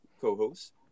co-host